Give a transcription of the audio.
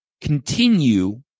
continue